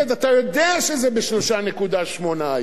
אתה יודע שזה ב-3.8% היום